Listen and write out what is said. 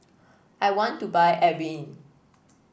I want to buy Avene